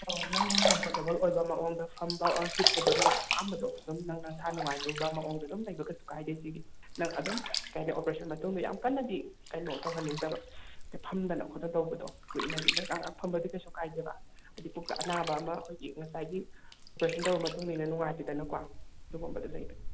ꯑꯣ ꯅꯪꯅ ꯀꯝꯐꯣꯔꯇꯦꯕꯜ ꯑꯣꯏꯕ ꯃꯑꯣꯡꯗ ꯐꯝꯕ ꯑꯣꯔ ꯍꯤꯞꯄꯗ ꯅꯪ ꯑꯄꯥꯝꯕꯗꯣ ꯑꯗꯨꯝ ꯅꯪ ꯅꯁꯥ ꯅꯨꯡꯉꯥꯏꯒꯗꯧꯕ ꯃꯑꯣꯡꯗ ꯑꯗꯨꯝ ꯂꯩꯕ ꯀꯩꯁꯨ ꯀꯥꯏꯗꯦ ꯑꯁꯤꯗꯤ ꯅꯪ ꯑꯗꯨꯝ ꯀꯩ ꯍꯥꯏꯅꯤ ꯑꯣꯄꯔꯦꯁꯟ ꯃꯇꯨꯡꯗ ꯌꯥꯝ ꯀꯟꯅꯗꯤ ꯀꯩꯅꯣ ꯇꯧꯍꯟꯅꯤꯡꯗꯕ ꯐꯝꯗꯅ ꯈꯣꯠꯇꯅ ꯇꯧꯕꯗꯣ ꯀꯨꯏꯅ ꯍꯤꯞꯄꯀꯥꯟꯗ ꯉꯥꯛ ꯐꯝꯕꯗꯤ ꯀꯩꯁꯨ ꯀꯥꯏꯗꯕ ꯍꯩꯗꯤ ꯄꯨꯛꯇ ꯑꯅꯥꯕ ꯑꯃ ꯑꯩꯈꯣꯏꯒꯤ ꯉꯁꯥꯏꯒꯤ ꯑꯣꯄꯔꯦꯁꯟ ꯇꯧꯔ ꯃꯇꯨꯡꯅꯤꯅ ꯅꯨꯡꯉꯥꯏꯇꯦꯗꯅꯀꯣ ꯑꯗꯨꯒꯨꯝꯕꯗꯣ ꯂꯩꯕꯅꯤ